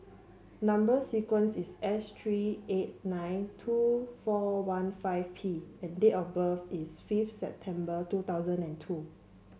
number sequence is S three eight nine two four one five P and date of birth is fifth September two thousand and two